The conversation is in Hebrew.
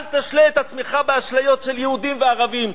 אל תשלה את עצמך באשליות של יהודים וערבים.